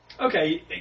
okay